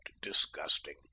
disgusting